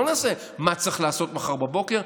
לא נעשה מה שצריך לעשות מחר בבוקר,